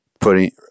putting